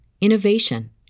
innovation